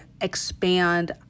expand